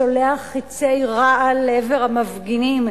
שולח חצי רעל לעבר המפגינים.